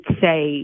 say